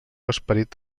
esperit